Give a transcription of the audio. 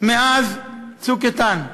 מאז "צוק איתן",